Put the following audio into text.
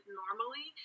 normally